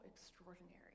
extraordinary